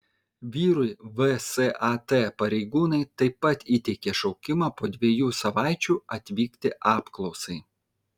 vyrui vsat pareigūnai taip pat įteikė šaukimą po dviejų savaičių atvykti apklausai